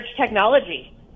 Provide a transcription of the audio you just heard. technology